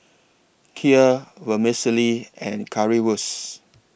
Kheer Vermicelli and Currywurst